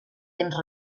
temps